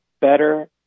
better